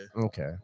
Okay